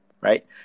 right